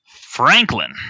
Franklin